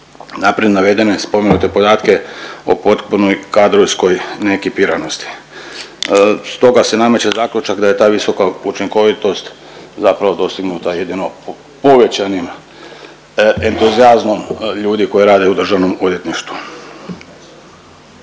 naprijed navedene spomenute podatke o potpunoj kadrovskoj neekipiranosti. Stoga se nameće zaključak da je ta visoka učinkovitost zapravo dostignuta jedino povećanim entuzijazmom ljudi koji rade u državnom odvjetništvu.